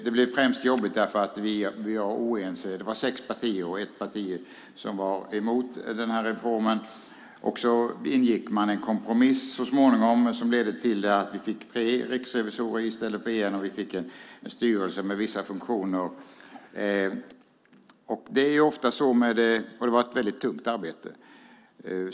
Det blev främst jobbigt därför att vi var oense. Det var sex partier, och ett parti var emot reformen. Man ingick så småningom en kompromiss; det blev tre riksrevisorer i stället för en, och det blev en styrelse med vissa funktioner. Det var ett tungt arbete.